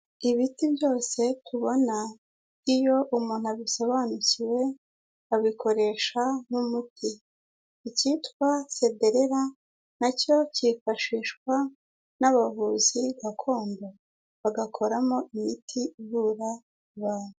Ibiti byose tubona iyo umuntu abisobanukiwe abikoresha nk'umuti. Icyitwa sederera na cyo cyifashishwa n'abavuzi gakondo bagakoramo imiti ivura abantu.